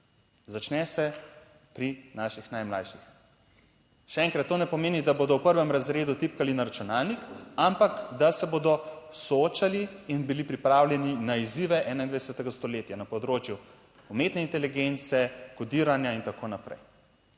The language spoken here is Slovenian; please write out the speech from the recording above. začne se pri naših najmlajših. Še enkrat, to ne pomeni, da bodo v prvem razredu tipkali na računalnik, ampak da se bodo soočali in bili pripravljeni na izzive 21. stoletja na področju umetne inteligence, kodiranja in tako naprej.